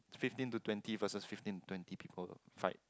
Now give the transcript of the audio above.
fifteen to twenty versus fifteen to twenty people fight